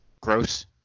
gross